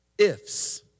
ifs